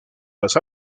las